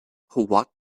what